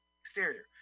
Exterior